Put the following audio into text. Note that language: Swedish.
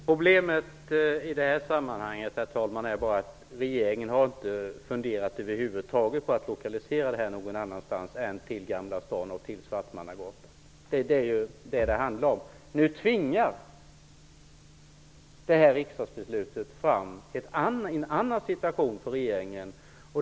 Herr talman! Problemet i det här sammanhanget är bara att regeringen inte har funderat över huvud taget på att lokalisera de nya myndigheterna någon annanstans än till Gamla stan och Svartmangatan. Nu tvingar riksdagsbeslutet fram en annan situation för regeringen.